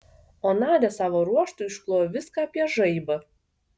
o nadia savo ruožtu išklojo viską apie žaibą